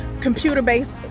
computer-based